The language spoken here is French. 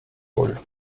hall